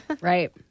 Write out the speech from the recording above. Right